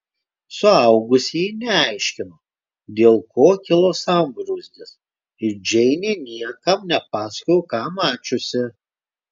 suaugusieji neaiškino dėl ko kilo sambrūzdis ir džeinė niekam nepasakojo ką mačiusi